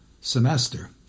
semester